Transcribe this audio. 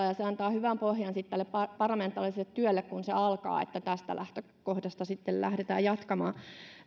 ja se antaa hyvän pohjan sitten tälle parlamentaariselle työlle kun se alkaa että tästä lähtökohdasta sitten lähdetään jatkamaan